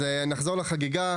אז נחזור לחגיגה.